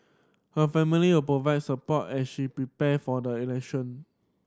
her family will provide support as she prepare for the election